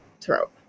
throat